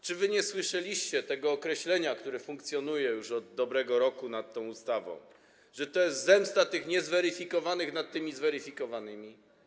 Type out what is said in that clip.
Czy wy nie słyszeliście tego określenia, które funkcjonuje już od dobrego roku, jeżeli chodzi o tę ustawę, że to jest zemsta tych niezweryfikowanych nad tymi zweryfikowanymi?